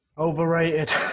Overrated